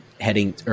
heading